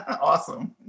awesome